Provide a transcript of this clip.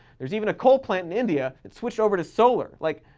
there's even a coal plant in india that switched over to solar. like,